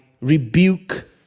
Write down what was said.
rebuke